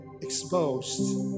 exposed